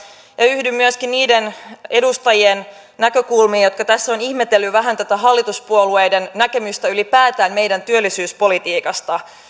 yhdyn myöskin niiden edustajien näkökulmiin jotka tässä ovat ihmetelleet vähän tätä hallituspuolueiden näkemystä ylipäätään meidän työllisyyspolitiikasta